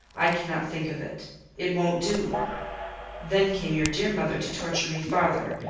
i cannot think of it it won't do then came your dear mother to torture me farther,